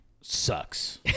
sucks